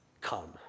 come